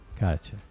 Gotcha